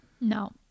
No